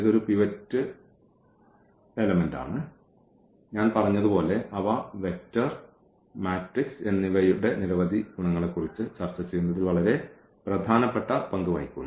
ഇത് ഒരു പിവറ്റ് ജലം എലെമെന്റാണ് ഞാൻ പറഞ്ഞതുപോലെ അവ വെക്റ്റർ മാട്രിക്സ് എന്നിവയുടെ നിരവധി ഗുണങ്ങളെക്കുറിച്ച് ചർച്ച ചെയ്യുന്നതിൽ വളരെ പ്രധാനപ്പെട്ട പങ്ക് വഹിക്കുന്നു